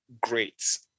great